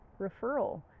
referral